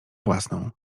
własną